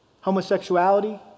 homosexuality